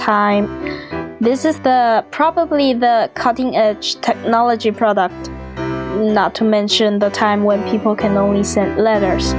time this is the probably the cutting edge technology product not to mention the time when people can only send letters